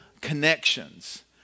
connections